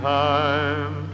time